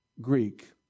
Greek